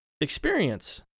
experience